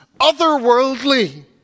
otherworldly